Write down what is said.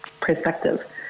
perspective